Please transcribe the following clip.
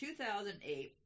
2008